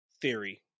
theory